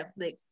Netflix